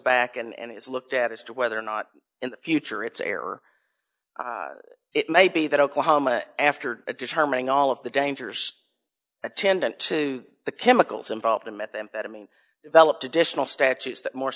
back and is looked at as to whether or not in the future it's error it may be that oklahoma after determining all of the dangers attendant to the chemicals involved in methamphetamine developed additional statutes that more